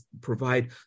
provide